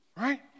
Right